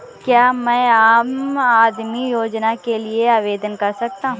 क्या मैं आम आदमी योजना के लिए आवेदन कर सकता हूँ?